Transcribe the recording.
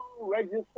register